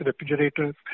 refrigerators